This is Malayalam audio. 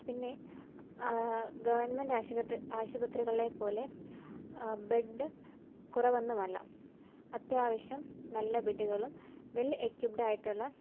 പിന്നെ ഗവൺമെൻറ്റ് ആശുപത്തി ആശുപത്രികളിലെ പോലെ ബെഡ് കുറവൊന്നുമല്ല അത്യാവശ്യം നല്ല ബെഡുകളും വെൽ എക്വിപ്പ്ഡ് ആയിട്ടുള്ള